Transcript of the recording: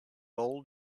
old